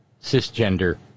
cisgender